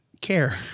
care